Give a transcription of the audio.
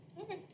Okay